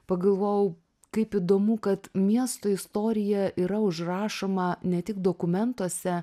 pagalvojau kaip įdomu kad miesto istorija yra užrašoma ne tik dokumentuose